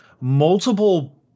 multiple